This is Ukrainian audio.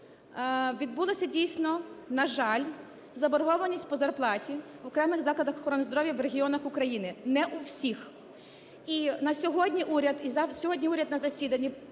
відбулась, дійсно, на жаль, заборгованість по зарплаті в окремих закладах охорони здоров'я в регіонах України, не у всіх. І на сьогодні уряд… І сьогодні уряд на засіданні…